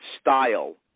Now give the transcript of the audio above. style